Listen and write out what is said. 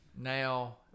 now